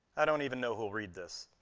i don't even know who'll read this.